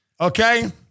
Okay